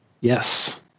Yes